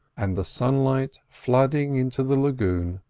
and the sunlight flooding into the lagoon,